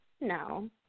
No